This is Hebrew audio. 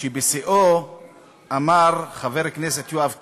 שבשיאו אמר חבר הכנסת יואב קיש,